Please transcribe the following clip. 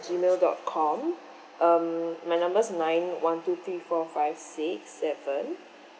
G mail dot com um my number's nine one two three four five six seven